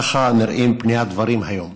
ככה נראים פני הדברים היום.